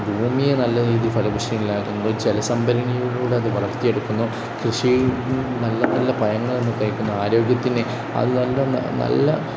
ഭൂമിയെ നല്ല രീതിയിൽ ഫലഭൂയിഷ്ടിയുള്ളതാക്കുന്നു ജലസംഭരണിയിലൂടെ അത് വളർത്തിയെടുക്കുന്നു കൃഷി നല്ല നല്ല പഴങ്ങൾ നമ്മൾ കഴിക്കുന്നു ആരോഗ്യത്തിന് അത് നല്ല നല്ല